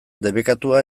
debekatua